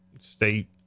state